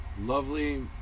Lovely